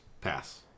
Pass